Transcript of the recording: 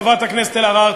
חברת הכנסת אלהרר,